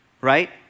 Right